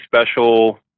special